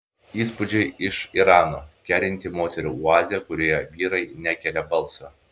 įspūdžiai iš irano kerinti moterų oazė kurioje vyrai nekelia balso